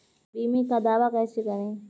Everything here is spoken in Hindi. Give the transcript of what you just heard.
बीमे का दावा कैसे करें?